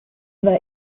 war